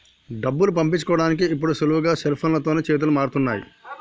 డబ్బులు పంపించుకోడానికి ఇప్పుడు సులువుగా సెల్ఫోన్లతోనే చేతులు మారుతున్నయ్